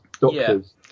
doctors